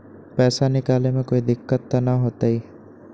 पैसा निकाले में कोई दिक्कत त न होतई?